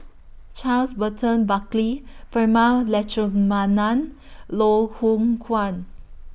Charles Burton Buckley Prema Letchumanan Loh Hoong Kwan